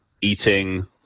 eating